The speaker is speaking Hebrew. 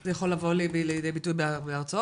זה יכול לבוא לידי ביטוי בהרצאות,